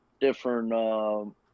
different